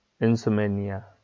Insomnia